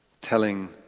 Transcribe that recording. telling